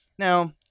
Now